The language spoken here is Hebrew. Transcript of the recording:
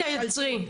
תעצרי.